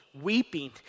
weeping